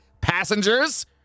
passengers